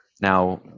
now